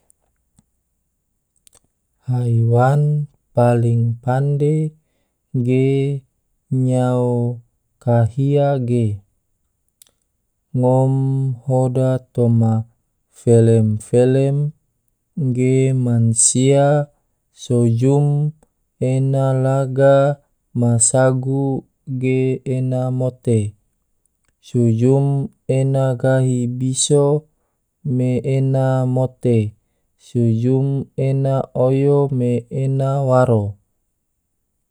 Haiwan paling pande ge nyao kahia ge, ngom hoda toma flem-flem ge mansia so jum ena laga ma sagu ge ena mote, so jum ena gahi biso me ena mote, so jum ena oyo me ena waro.